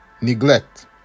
neglect